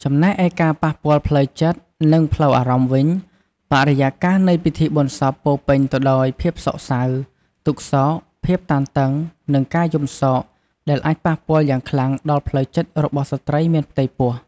ចំណែកឯការប៉ះពាល់ផ្លូវចិត្ត និងផ្លូវអារម្មណ៍វិញ បរិយាកាសនៃពិធីបុណ្យសពពោរពេញទៅដោយភាពសោកសៅ ទុក្ខសោក ភាពតានតឹង និងការយំសោក ដែលអាចប៉ះពាល់យ៉ាងខ្លាំងដល់ផ្លូវចិត្តរបស់ស្ត្រីមានផ្ទៃពោះ។